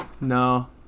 No